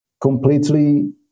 completely